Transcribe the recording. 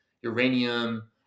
uranium